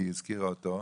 כי היא הזכירה אותו.